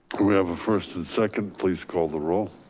we have a first second, please call the roll.